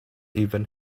even